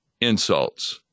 insults